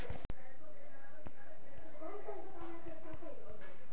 मले माया घरचं इलेक्ट्रिक बिल भरलं का नाय, हे कस पायता येईन?